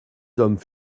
hommes